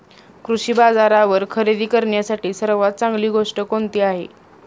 कृषी बाजारावर खरेदी करण्यासाठी सर्वात चांगली गोष्ट कोणती आहे?